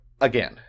again